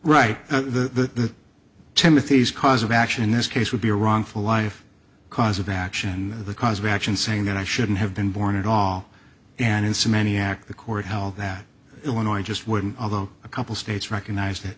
right the timothy's cause of action in this case would be a wrongful life cause of action the cause reaction saying that i shouldn't have been born at all and in so many act the court held that illinois just wouldn't although a couple states recognize that